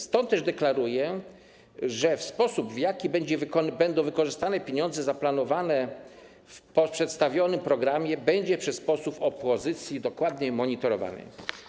Stąd też deklaruję, że sposób, w jaki będą wykorzystane pieniądze zaplanowane w przedstawionym programie, będzie przez posłów opozycji dokładnie monitorowany.